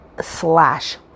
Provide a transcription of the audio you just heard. slash